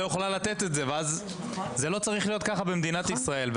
לא הייתה יכולה לתת את זה וזה לא צריך להיות ככה במדינת ישראל.